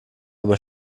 aber